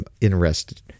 interested